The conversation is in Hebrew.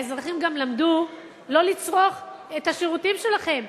האזרחים גם למדו לא לצרוך את השירותים שלכם.